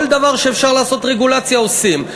כל דבר שאפשר לעשות רגולציה, עושים.